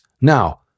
Now